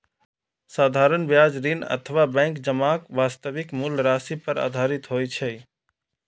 साधारण ब्याज ऋण अथवा बैंक जमाक वास्तविक मूल राशि पर आधारित होइ छै